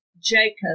Jacob